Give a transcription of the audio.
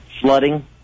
flooding